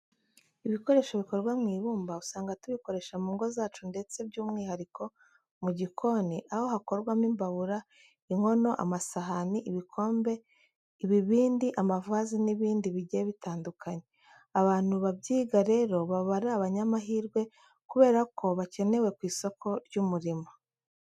Ibikoresho bikorwa mu ibumba usanga tubikoresha mu ngo zacu ndetse by'umwihariko mu gikoni, aho hakorwamo imbabura, inkono, amasahani, ibikombe, ibibindi, amavazi n'ibindi bigiye bitandukanye. Abantu babyiga rero, baba ari abanyamahirwe kubera ko bakenewe ku isoko ry'umurimo.